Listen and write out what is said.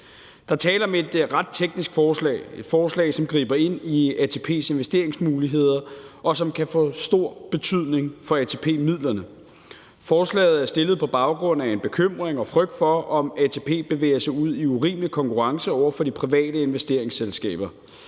forslag. Det er et forslag, som griber ind i ATP's investeringsmuligheder, og som kan få stor betydning for ATP-midlerne. Forslaget er fremsat på baggrund af en bekymring og frygt for, at ATP bevæger sig ud i urimelig konkurrence over for de private investeringsselskaber.